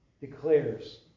declares